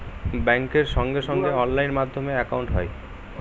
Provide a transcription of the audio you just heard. ব্যাঙ্কের সঙ্গে সঙ্গে অনলাইন মাধ্যমে একাউন্ট হয়